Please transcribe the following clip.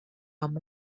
amb